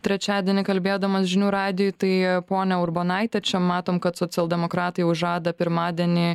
trečiadienį kalbėdamas žinių radijui tai ponia urbonaite čia matom kad socialdemokratai jau žada pirmadienį